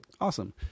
awesome